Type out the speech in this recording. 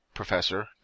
professor